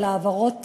על העברות תיקים,